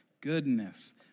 goodness